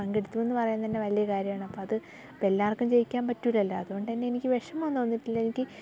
പങ്കെടുത്തുവെന്ന് പറയുന്ന തന്നെ വല്ല്യൊരു കാര്യമാണ് അപ്പം അത് ഇപ്പം എല്ലാവർക്കും ജയിക്കാൻ പറ്റൂല്ലല്ലൊ അതുകൊണ്ടുതന്നെ എനിക്ക് വിഷമമൊന്നും തോന്നീട്ടില്ല എനിക്ക്